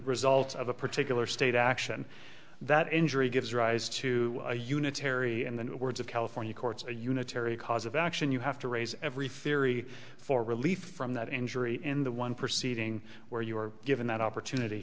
result of a particular state action that injury gives rise to a unitary and the words of california courts a unitary cause of action you have to raise every theory for relief from that injury in the one proceeding where you were given that opportunity